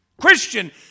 Christian